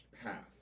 path